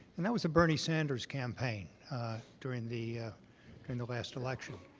and that was the bernie sanders campaign during the during the last election.